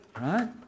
right